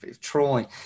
trolling